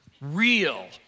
real